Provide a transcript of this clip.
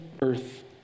earth